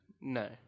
No